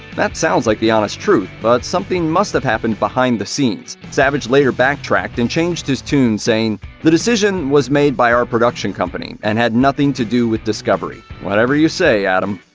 that sounds like the honest truth, but something must have happened behind the scenes savage later backtracked and changed his tune, saying the decision, was made by our production company, and had nothing to do with discovery. whatever you say, adam.